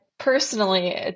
Personally